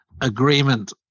agreement